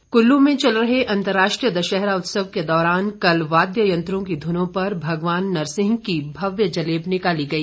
दशहरा कुल्लू में चल रहे अर्तराष्ट्रीय दशहरा उत्सव के दौरान कल वाद्ययंत्रों की धुनों पर भगवान नरसिंह की भव्य जलेब निकाली गई